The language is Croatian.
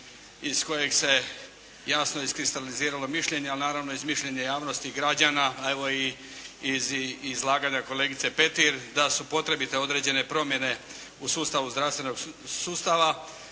iz kojeg se jasno iskristaliziralo mišljenje, ali naravno i mišljenje javnosti i građana, a evo i iz izlaganja kolegice Petir, da su potrebite određene promjene u sustavu zdravstvenog sustava